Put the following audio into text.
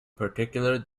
particular